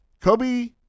Kobe